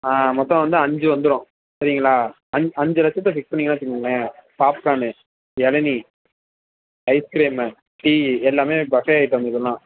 ஆ மொத்தம் வந்து அஞ்சு வந்துடும் சரிங்களா அஞ் அஞ்சு லட்சத்தை ஃபிக்ஸ் பண்ணீங்கன்னு வச்சுக்கோங்களேன் பாப்கானு எளநீர் ஐஸ்கிரீமு டீயி எல்லாமே பஃபே ஐட்டம் இதெல்லாம்